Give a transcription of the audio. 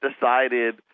decided